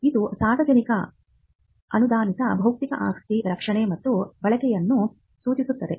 ಇದು ಸಾರ್ವಜನಿಕ ಅನುದಾನಿತ ಬೌದ್ಧಿಕ ಆಸ್ತಿಯ ರಕ್ಷಣೆ ಮತ್ತು ಬಳಕೆಯನ್ನು ಸೂಚಿಸುತ್ತದೆ